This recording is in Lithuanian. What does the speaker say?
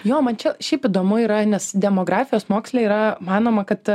jo man čia šiaip įdomu yra nes demografijos moksle yra manoma kad